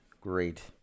Great